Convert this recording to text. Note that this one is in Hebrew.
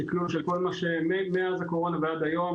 בשקלול מאז הקורונה ועד היום,